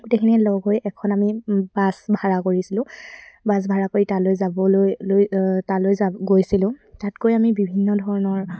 গোটেইখিনিয়ে লগ হৈ এখন আমি বাছ ভাড়া কৰিছিলোঁ বাছ ভাড়া কৰি তালৈ যাবলৈ লৈ তালৈ যাব গৈছিলোঁ তাত গৈ আমি বিভিন্ন ধৰণৰ